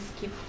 keep